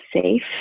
safe